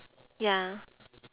ya